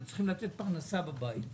הם צריכים לתת פרנסה בבית.